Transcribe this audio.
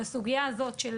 לסוגיה הזאת של